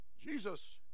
Jesus